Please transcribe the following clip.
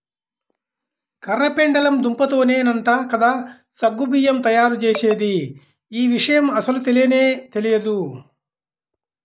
కర్ర పెండలము దుంపతోనేనంట కదా సగ్గు బియ్యం తయ్యారుజేసేది, యీ విషయం అస్సలు తెలియనే తెలియదు